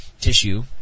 Tissue